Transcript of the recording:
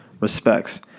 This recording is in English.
respects